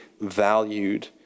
valued